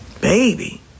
Baby